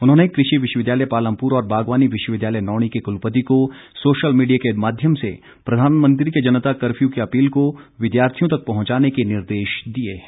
उन्होंने कृषि विश्वविद्यालय पालमपुर और बागवानी विश्वविद्यालय नौणी के कुलपति को सोशल मीडिया के माध्यम से प्रधानमंत्री के जनता कर्फ्यू की अपील को विद्यार्थियों तक पहुंचाने के निर्देश दिए हैं